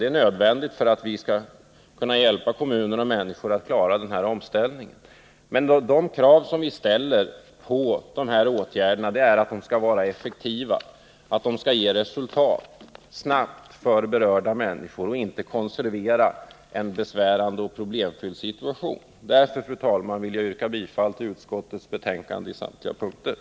Det är nödvändigt för att vi skall kunna hjälpa kommuner och människor att klara denna omställning. Men de krav som vi ställer på dessa åtgärder är att de skall vara effektiva och ge snabba resultat för berörda människor samt inte konservera en besvärande och problemfylld situation. Därför yrkar jag bifall till utskottets hemställan i samtliga moment.